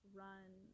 run